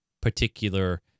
particular